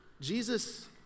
Jesus